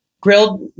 Grilled